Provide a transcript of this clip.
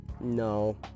No